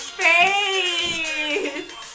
face